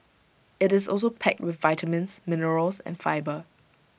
IT is also packed with vitamins minerals and fibre